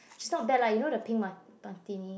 she's not bad lah you know the Pink Mar~ Martini